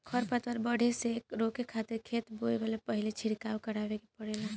खर पतवार के बढ़े से रोके खातिर खेत बोए से पहिल ही छिड़काव करावे के पड़ेला